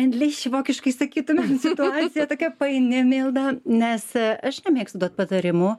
inliš vokiškai sakytumė situacija tokia paini milda nes aš nemėgstu duot patarimų